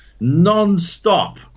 nonstop